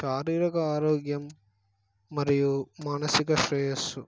శారీరక ఆరోగ్యం మరియు మానసిక శ్రేయస్సు